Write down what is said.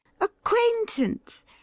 Acquaintance